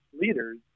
leaders